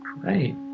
Great